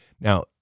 Now